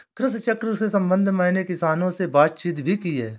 कृषि चक्र के संबंध में मैंने किसानों से बातचीत भी की है